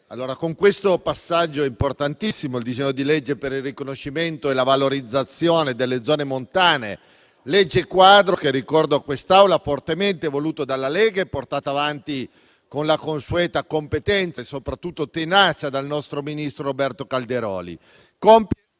con questo passaggio importantissimo, il disegno di legge per il riconoscimento e la valorizzazione delle zone montane, legge quadro che - lo ricordo a quest'Assemblea - è stata fortemente voluta dalla Lega e portata avanti con la consueta competenza e soprattutto tenacia dal ministro Roberto Calderoli,